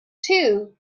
two